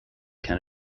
can